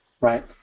right